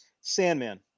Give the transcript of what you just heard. Sandman